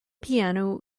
piano